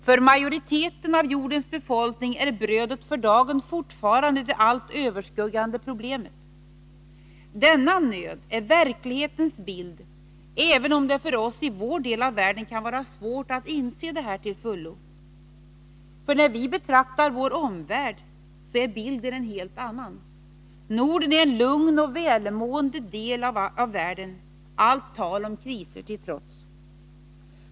För majoriteten av jordens befolkning är brödet för dagen fortfarande det allt överskuggande problemet. Denna nöd är verklighetens bild, även om det för oss i vår del av världen kan vara svårt att inse detta till fullo. När vi betraktar vår omvärld är bilden en helt annan. Norden är en lugn och välmående del av världen, allt tal om kriser till trots.